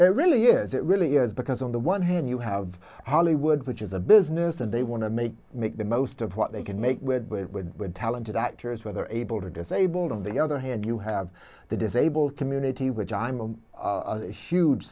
it really is it really is because on the one hand you have hollywood which is a business and they want to make make the most of what they can make with it would talented actors whether able to disabled on the other hand you have the disabled community which i'm a huge